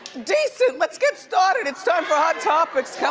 decent, let's get started. it's time for hot topics,